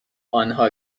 آنها